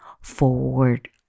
forward